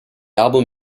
album